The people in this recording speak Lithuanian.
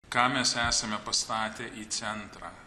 ką mes esame pastatę į centrą